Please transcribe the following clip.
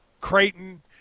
Creighton